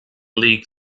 league